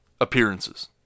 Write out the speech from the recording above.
appearances